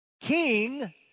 King